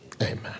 Amen